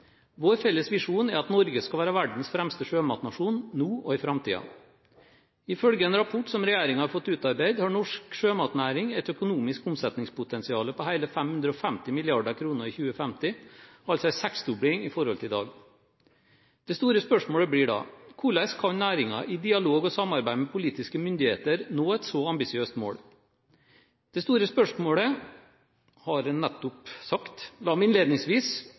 Vår felles visjon er at Norge skal være verdens fremste sjømatnasjon nå og i framtiden. Ifølge en rapport som regjeringen har fått utarbeidet, vil norsk sjømatnæring ha et økonomisk omsetningspotensial på hele 550 mrd. kr i 2050, altså en seksdobling i forhold til i dag. Det store spørsmålet blir da: Hvordan kan næringen i dialog og samarbeid med politiske myndigheter nå et så ambisiøst mål? La meg innledningsvis